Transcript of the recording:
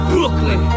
Brooklyn